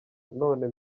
none